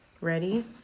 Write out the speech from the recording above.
Ready